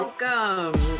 Welcome